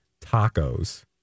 tacos